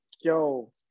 yo